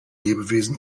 lebewesen